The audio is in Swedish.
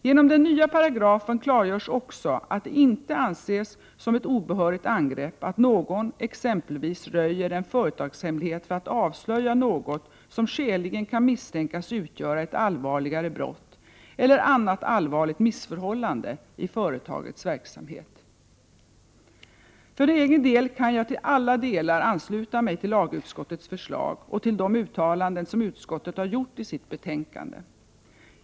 Genom den nya paragrafen klargörs också att det inte anses som ett obehörigt angrepp att någon exempelvis röjer en företagshemlighet för att avslöja något som skäligen kan misstänkas utgöra ett allvarligare brott eller annat allvarligt missförhållande i företagets verksamhet. För egen del kan jag till alla delar ansluta mig till lagutskottets förslag och till de uttalanden som utskottet har gjort i sitt betänkande.